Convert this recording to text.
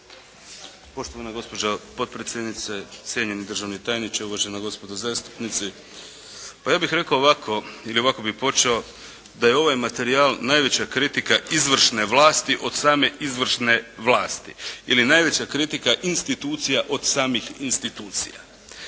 Poštovana gospođo potpredsjednice, cijenjeni državni tajniče, uvažena gospodo zastupnici. Ja bih rekao ovako ili ovako bih počeo. Da je ovaj materijal najveća kritika izvršne vlasti od same izvršne vlasti ili najveća kritika institucija od samih institucija.